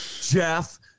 jeff